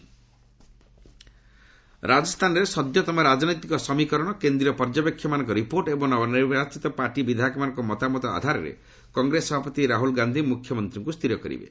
Rajasthan government ରାଜସ୍ଥାନରେ ସଦ୍ୟତମ ରାଜନୈତିକ ସମୀକରଣ କେନ୍ଦ୍ରୀୟ ପର୍ଯ୍ୟବେକ୍ଷକମାନଙ୍କ ରିପୋର୍ଟ ଏବଂ ନବନିର୍ବାଚିତ ପାର୍ଟି ବିଧାୟକମାନଙ୍କ ମତାମତ ଆଧାରରେ କଂଗ୍ରେସ ସଭାପତି ରାହୁଳ ଗାନ୍ଧୀ ମୁଖ୍ୟମନ୍ତ୍ରୀଙ୍କୁ ସ୍ଥିର କରିବେ